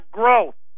growth